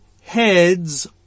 heads